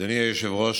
אדוני היושב-ראש,